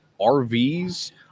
RVs